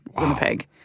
Winnipeg